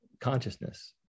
consciousness